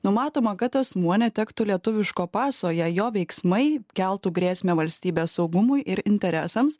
numatoma kad asmuo netektų lietuviško paso jei jo veiksmai keltų grėsmę valstybės saugumui ir interesams